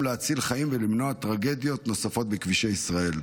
להציל חיים ולמנוע טרגדיות נוספות בכבישי ישראל.